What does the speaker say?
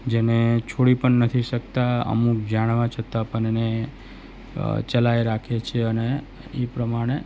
જેને છોડી પણ નથી શકતા અમુક જાણવા છતા પણ એને ચલાએ રાખે છે અને એ પ્રમાણે